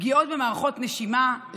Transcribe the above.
פגיעות במערכות הנשימה,